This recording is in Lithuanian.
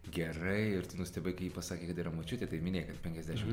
gerai ir tu nustebai kai ji pasakė kad yra močiutė tai minėjai kad penkiasdešim